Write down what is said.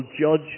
judge